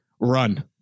run